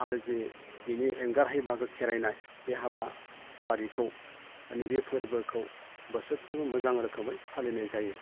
आरो जे बिनि एंगारहायै बाहागो खेराइनाय बे हाबाफारिखौ नैबे फोरबोखौ बोसोरफ्रोमबो मोजां रोखोमै फालिनाय जायो